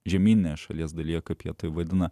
žemyninę šalies dalyje kaip jie tai vadina